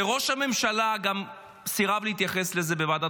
וראש הממשלה גם סירב להתייחס לזה בוועדת